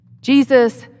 Jesus